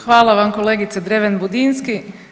Hvala vam kolegice Dreven Budinski.